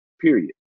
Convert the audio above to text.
period